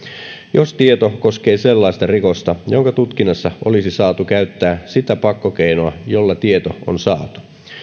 jos tieto koskee sellaista rikosta jonka tutkinnassa olisi saatu käyttää sitä pakkokeinoa jolla tieto on saatu